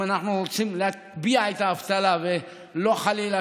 אם אנחנו רוצים להטביע את האבטלה ולא חלילה